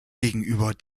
gegenüber